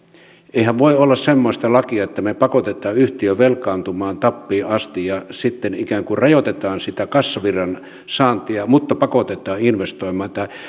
eihän voi olla semmoista lakia että me pakotamme yhtiön velkaantumaan tappiin asti ja sitten ikään kuin rajoitetaan sitä kassavirran saantia mutta pakotetaan investoimaan